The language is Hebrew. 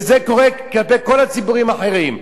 וזה קורה כלפי כל הציבורים האחרים.